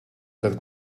got